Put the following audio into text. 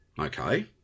Okay